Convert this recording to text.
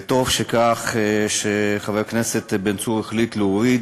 וטוב שחבר הכנסת בן צור החליט להוריד.